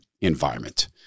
environment